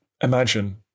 imagine